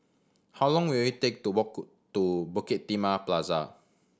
how long will it take to walk to Bukit Timah Plaza